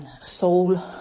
soul